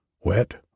wet